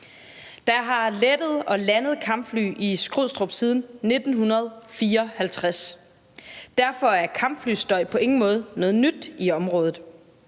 Der har lettet og landet kampfly i Skrydstrup siden 1954. Derfor er kampflystøj på ingen måde noget nyt i området.